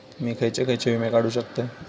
मी खयचे खयचे विमे काढू शकतय?